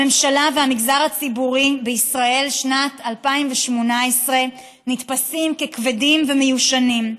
הממשלה והמגזר הציבורי בישראל בשנת 2018 נתפסים ככבדים ומיושנים,